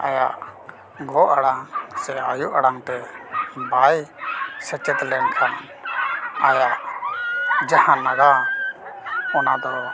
ᱟᱭᱟᱜ ᱜᱚ ᱟᱲᱟᱝ ᱥᱮ ᱟᱭᱳ ᱟᱲᱟᱝᱛᱮ ᱵᱟᱭ ᱥᱮᱪᱮᱫ ᱞᱮᱱᱠᱷᱟᱱ ᱟᱭᱟᱜ ᱡᱟᱦᱟᱸ ᱱᱟᱜᱟᱢ ᱚᱱᱟ ᱫᱚ